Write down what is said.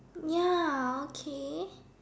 ya okay